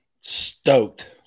stoked